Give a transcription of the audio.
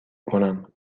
کنم